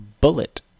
Bullet